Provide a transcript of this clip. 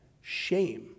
shame